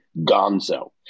gonzo